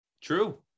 true